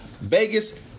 Vegas